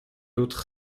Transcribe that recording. autre